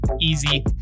Easy